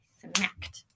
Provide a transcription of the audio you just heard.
smacked